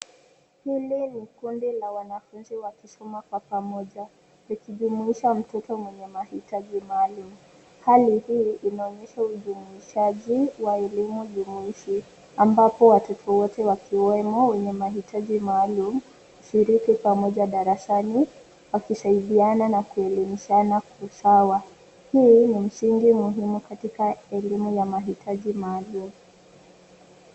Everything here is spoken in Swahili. Kule kuna kundi la wanafunzi waliotumwa pamoja, kundi ambalo linajumuisha pia mtoto mwenye mahitaji maalum. Kundi hili linaonyesha mtazamo wa elimu jumuishi, ambapo watoto wote, wakiwemo wenye mahitaji maalum, hushiriki pamoja darasani, wakisaidiana na kujifunza kwa usawa. Hii ni dhana muhimu katika elimu ya mahitaji maalum